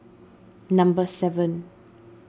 number seven